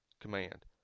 command